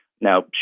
Now